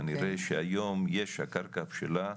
כנראה שהיום הקרקע בשלה,